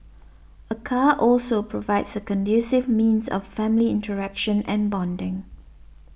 a car also provides a conducive means of family interaction and bonding